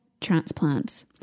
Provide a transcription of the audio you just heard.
transplants